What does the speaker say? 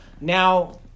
now –